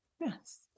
yes